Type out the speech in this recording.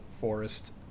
forest